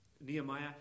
Nehemiah